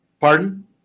Pardon